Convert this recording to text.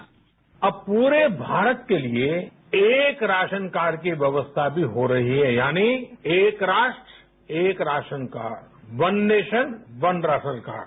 bite अब पुरे भारत के लिए एक राशनकार्ड की व्यवस्था भी होरही है यानि एक राष्ट्र एक ration card one nation one ration card